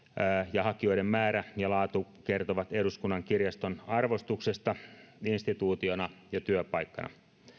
ja hakijoiden määrä ja laatu kertovat eduskunnan kirjaston arvostuksesta instituutiona ja työpaikkana